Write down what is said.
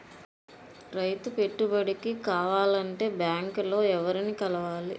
రైతు పెట్టుబడికి కావాలంటే బ్యాంక్ లో ఎవరిని కలవాలి?